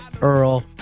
Earl